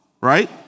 right